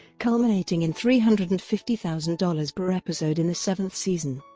culminating in three hundred and fifty thousand dollars per episode in the seventh season.